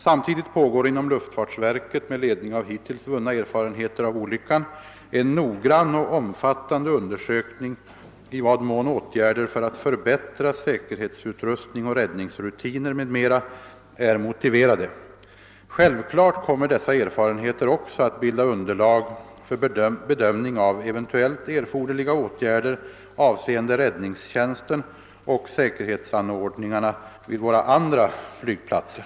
Samtidigt pågår inom luftfartsverket — med ledning av hittills vunna erfarenheter av olyckan — en noggrann och omfattande undersökning i vad mån åtgärder för att förbättra säkerhetsutrustning och räddningsrutiner m.m. är motiverade. Självklart kommer dessa erfarenheter också att bilda underlag för bedömning av eventuellt erforderliga åtgärder avseende räddningstjänsten och säkerhetsanordningarna vid våra andra flygplatser.